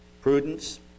Prudence